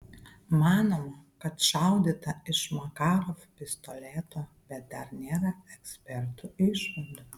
manoma kad šaudyta iš makarov pistoleto bet dar nėra ekspertų išvadų